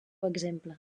exemple